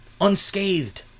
unscathed